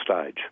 stage